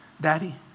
Daddy